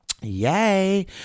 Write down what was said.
yay